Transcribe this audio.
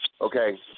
okay